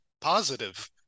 positive